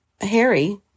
Harry